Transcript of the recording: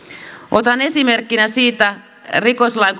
otan esimerkkinä siitä rikoslain